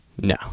No